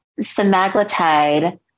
Semaglutide